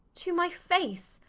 to my face!